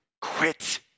Quit